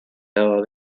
dado